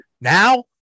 now